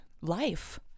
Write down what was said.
life